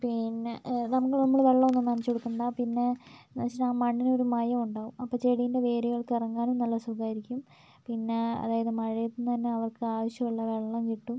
പിന്നെ നമുക്ക് നമ്മൾ വെള്ളമൊന്നും നനച്ച് കൊടുക്കണ്ട പിന്നെ എന്താച്ചാൽ മണ്ണിനൊരു മയമുണ്ടാവും അപ്പോൾ ചെടീൻ്റെ വേരുകൾക്ക് ഇറങ്ങാനും നല്ല സുഖമായിരിക്കും പിന്നെ അതായത് മഴയത്തീന്നന്നെ അവർക്ക് ആവശ്യമുള്ള വെള്ളവും കിട്ടും